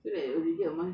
no lah